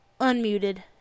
unmuted